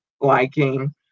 liking